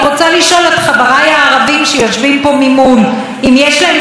אם יש להם שוויון כשהם מנסים להיכנס לבריכות שחייה,